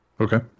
Okay